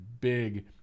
big